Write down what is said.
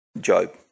Job